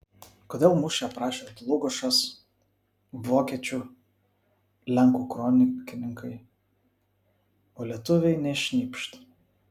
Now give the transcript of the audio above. kodėl mūšį aprašė dlugošas vokiečių lenkų kronikininkai o lietuviai nė šnypšt